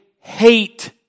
hate